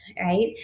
Right